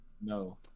No